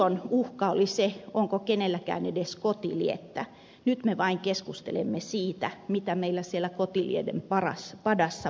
silloin uhka oli se onko kenelläkään edes kotiliettä nyt me vain keskustelemme siitä mitä meillä siellä kotilieden padassa pörisee